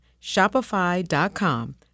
Shopify.com